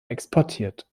exportiert